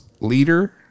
Leader